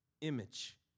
image